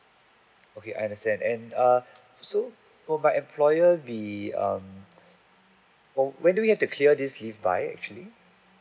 okay I understand and uh so will my employer be um oh when do we have to clear this leave by actually